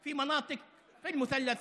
זה צורך אנושי עיקרי, החשמל.